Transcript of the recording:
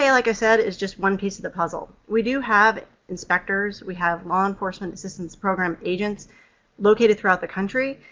ah like i said, is just one piece of the puzzle. we do have inspectors. we have law enforcement assistance program agents located throughout the country,